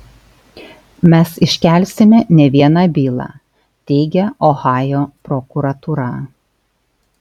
mes iškelsime ne vieną bylą teigia ohajo prokuratūra